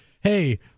hey